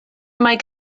mike